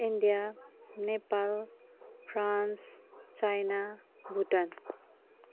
India Nepal France China Bhutan